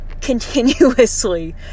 continuously